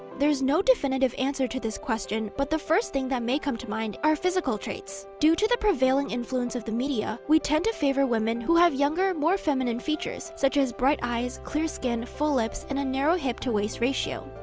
there's no definitive answer to this question, but the first thing that may come to mind are physical traits. due to the prevailing influence of the media, we tend to favour women who have younger, more feminine features such as bright eyes, clear skin, full lips, and a narrow hip-to-waist ratio.